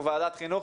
אנחנו ועדת חינוך,